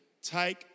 Take